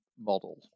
model